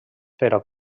però